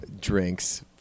Drinks